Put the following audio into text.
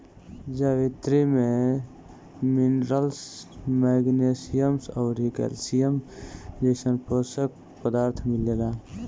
जावित्री में minerals, magnesium अउरी कैल्शियम जइसन पोषक पदार्थ मिलेला